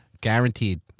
Guaranteed